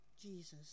Jesus